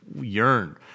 yearn